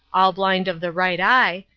all blind of the right eye,